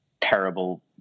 terrible